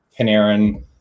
Panarin